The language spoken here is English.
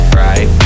right